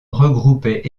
regroupait